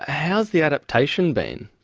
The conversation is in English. how's the adaptation been?